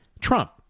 Trump